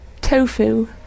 tofu